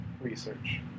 research